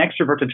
extroverted